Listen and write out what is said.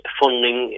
funding